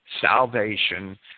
salvation